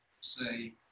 say